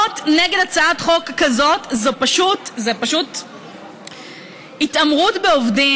להיות נגד הצעת חוק כזאת זה פשוט התעמרות בעובדים.